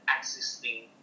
existing